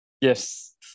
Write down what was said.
Yes